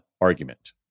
argument